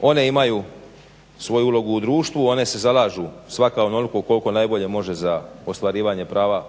One imaju svoju ulogu u društvu, one se zalažu svaka onoliko koliko najbolje može za ostvarivanje prava